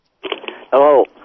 Hello